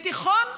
בתיכון חילוני,